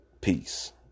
peace